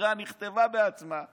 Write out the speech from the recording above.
העתירה נכתבה בעצמה והוגשה.